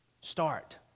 Start